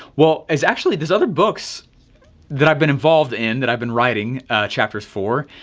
well, it's actually there's other books that i've been involved in that i've been writing chapters for.